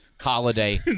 Holiday